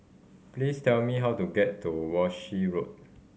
please tell me how to get to Walshe Road